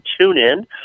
TuneIn